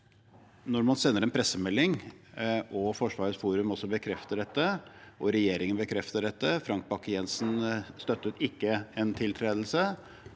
Når man sender en pressemelding, Forsvarets forum bekrefter dette, regjeringen bekrefter dette, Frank Bakke Jensen støttet ikke en tiltredelse,